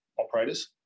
operators